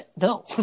No